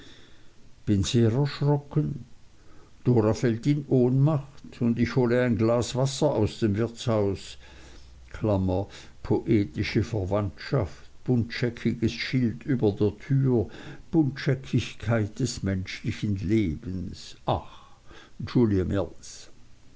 fällt in ohnmacht und ich hole ein glas wasser aus dem wirtshaus poetische verwandschaft buntscheckiges schild über der tür buntscheckigkeit des menschlichen lebens ach